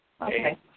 Okay